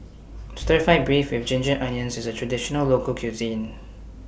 Stir Fried Beef with Ginger Onions IS A Traditional Local Cuisine